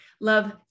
Love